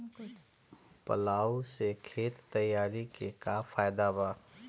Plough से खेत तैयारी के का फायदा बा?